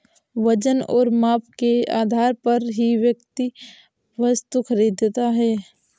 वजन और माप के आधार पर ही व्यक्ति वस्तु खरीदता है